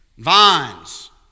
vines